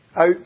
Out